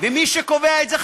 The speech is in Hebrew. ומי שקובע את זה,